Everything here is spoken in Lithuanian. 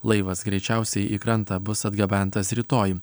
laivas greičiausiai į krantą bus atgabentas rytoj